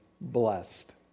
blessed